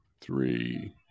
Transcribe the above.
three